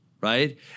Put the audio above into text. Right